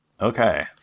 Okay